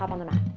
on the mat.